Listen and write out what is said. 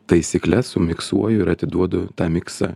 taisykles sumiksuoju ir atiduodu tą miksą